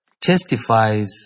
testifies